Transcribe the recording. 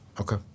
Okay